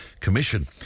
Commission